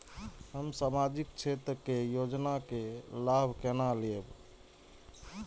हम सामाजिक क्षेत्र के योजना के लाभ केना लेब?